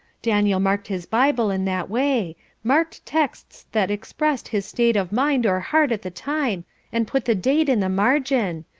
daniel marked his bible in that way marked texts that expressed his state of mind or heart at the time and put the date in the margin.